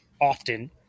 often